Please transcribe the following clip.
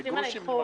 מתנצלים על האיחור.